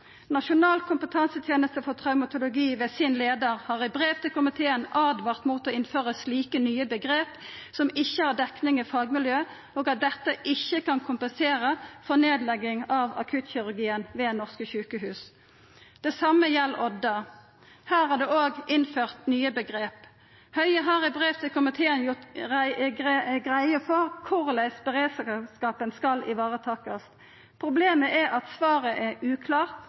Nasjonal kompetanseteneste for traumatologi har ved leiaren sin i brev til komiteen åtvara mot å innføra slike nye omgrep som ikkje har dekning i fagmiljøet, og at dette ikkje kan kompensera for nedlegging av akuttkirurgien ved norske sjukehus. Det same gjeld Odda. Her er det òg innført nye omgrep. Høie har i brev til komiteen gjort greie for korleis beredskapen skal varetakast. Problemet er at svaret er uklart,